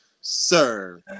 Sir